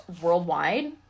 worldwide